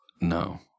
No